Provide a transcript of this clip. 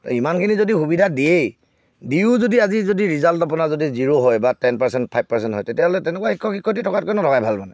ইমানখিনি যদি সুবিধা দিয়েই দিও যদি আজি যদি ৰিজাল্ট আপোনাৰ যদি জিৰ' হয় বা টেন পাৰ্চেণ্ট ফাইভ পাৰ্চেণ্ট হয় তেতিয়াহ'লে তেনেকুৱা শিক্ষক শিক্ষয়ত্ৰী থকাতকৈ নথকাই ভাল মানে